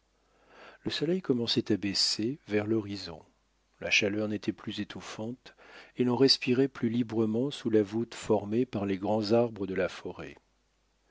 le soleil commençait à baisser vers l'horizon la chaleur n'était plus étouffante et l'on respirait plus librement sous la voûte formée par les grands arbres de la forêt